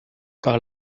par